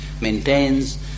maintains